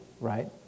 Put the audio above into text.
Right